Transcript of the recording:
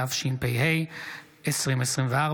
התשפ"ה 2024,